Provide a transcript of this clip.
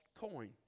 coin